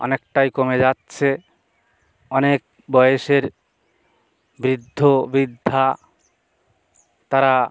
অনেকটাই কমে যাচ্ছে অনেক বয়সের বৃদ্ধ বৃদ্ধা তারা